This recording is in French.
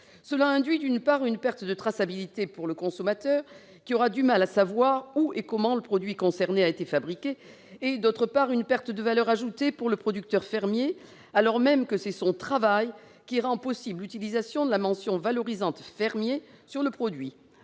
Cela induit, d'une part, une perte de traçabilité pour le consommateur, qui aura du mal à savoir où et comment le produit concerné a été fabriqué, et, d'autre part, une perte de valeur ajoutée pour le producteur fermier, alors même que c'est son travail qui rend possible l'utilisation de la mention valorisante « fermier » sur le produit.